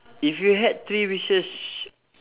if you had three wishes